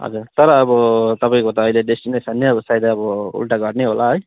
हजुर तर अब तपाईँको तअहिले डेस्टिनेसन नै सायद अब उल्टा घर नै होला है